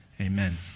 amen